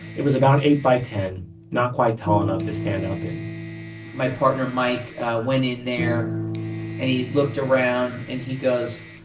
it was about eight by ten, and not quite tall enough to stand up in and my partner mike went in there and he looked around and he goes,